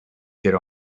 their